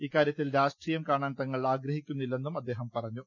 ഇക്കാര്യ ത്തിൽ രാഷ്ട്രീയം കാണാൻ തങ്ങൾ ആഗ്രഹിക്കുന്നില്ലെന്നും അദ്ദേഹം പറഞ്ഞു